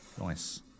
nice